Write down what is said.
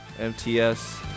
mts